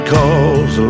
Cause